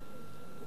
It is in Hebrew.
בכלל,